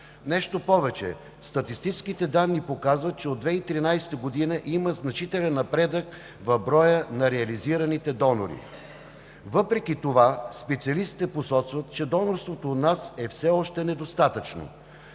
Нещо повече, статистическите данни показват, че от 2013 г. има значителен напредък в броя на реализираните донори. Въпреки това специалистите посочват, че донорството у нас е все още недостатъчно.